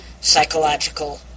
psychological